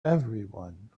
everyone